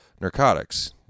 narcotics